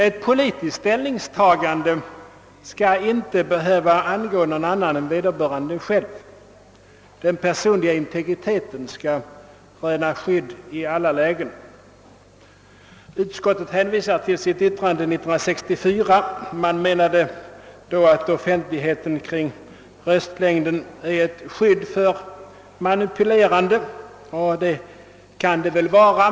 Ett politiskt ställningstagande skall inte behöva angå någon annan än vederbörande själv; den personliga integriteten skall skyddas i alla lägen. Utskottet hänvisar till sitt yttrande 1964. Man menade då att röstlängdens offentlighet är ett skydd mot manipulerande, och det kan den väl vara.